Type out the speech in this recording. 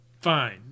Fine